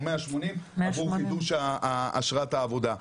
או 180 עבור חידוש אשרת העבודה.